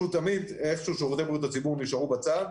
ואיכשהו שירותי בריאות הציבור נשארו בצד,